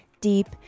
deep